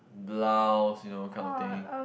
blouse you know kind of thing